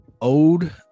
old